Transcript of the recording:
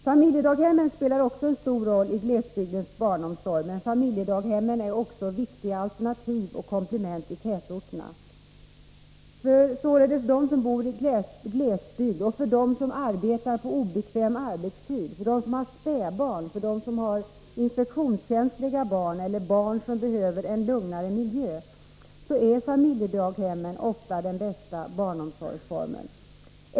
Familjedaghemmen spelar också en stor roll i glesbygdens barnomsorg, men familjedaghemmen är viktiga alternativ och komplement även i tätorterna. För dem som bor i glesbygd, för dem som arbetar på obekväm arbetstid, för dem som har spädbarn, för dem som har infektionskänsliga barn eller barn som behöver en lugn miljö, är familjedaghemmen ofta den bästa barnomsorgsformen.